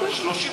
30 תומכים,